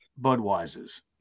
Budweiser's